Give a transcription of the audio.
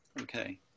Okay